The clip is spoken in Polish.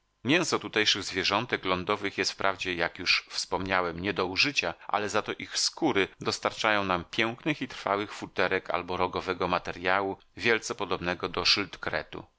mięso tutejszych zwierzątek lądowych jest wprawdzie jak już wspomniałem nie do użycia ale zato ich skóry dostarczają nam pięknych i trwałych futerek albo rogowego materiału wielce podobnego do